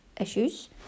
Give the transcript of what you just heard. issues